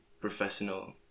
professional